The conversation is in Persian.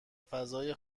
فضای